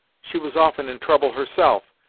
she was often in trouble herself,